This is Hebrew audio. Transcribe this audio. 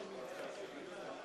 מצביע זבולון אורלב,